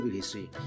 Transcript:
history